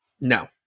No